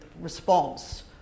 response